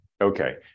Okay